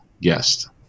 guest